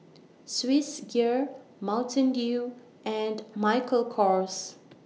Swissgear Mountain Dew and Michael Kors